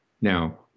Now